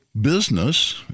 business